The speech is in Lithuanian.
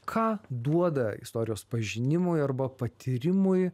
ką duoda istorijos pažinimui arba patyrimui